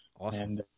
Awesome